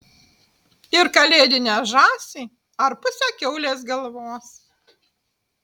ir kalėdinę žąsį ar pusę kiaulės galvos